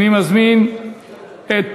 אני מזמין את